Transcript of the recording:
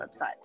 website